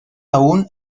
aún